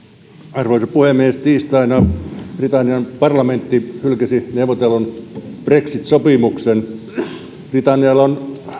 arvoisa puhemies tiistaina britannian parlamentti hylkäsi neuvotellun brexit sopimuksen britannialla on